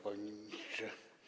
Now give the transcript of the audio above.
Panie Ministrze!